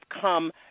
come